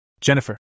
Jennifer